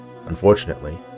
Unfortunately